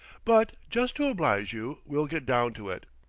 but, just to oblige you, we'll get down to it.